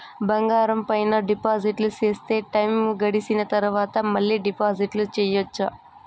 బంగారం పైన డిపాజిట్లు సేస్తే, టైము గడిసిన తరవాత, మళ్ళీ డిపాజిట్లు సెయొచ్చా?